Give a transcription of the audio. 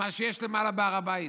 במה שיש למעלה, בהר הבית.